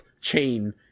chain